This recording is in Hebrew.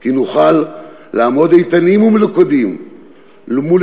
כי נוכל לעמוד איתנים ומלוכדים אל מול